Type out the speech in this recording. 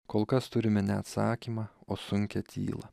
kol kas turime ne atsakymą o sunkią tylą